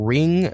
Ring